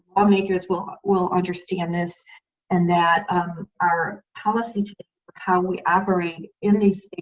lawmakers will ah will understand this and that our policy to how we operate in these